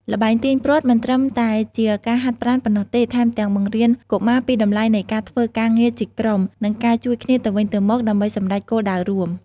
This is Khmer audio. ល្បែងទាញព្រ័ត្រមិនត្រឹមតែជាការហាត់ប្រាណប៉ុណ្ណោះទេ ថែមទាំងបង្រៀនកុមារពីតម្លៃនៃការធ្វើការងារជាក្រុម និងការជួយគ្នាទៅវិញទៅមកដើម្បីសម្រេចគោលដៅរួម។